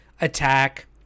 attack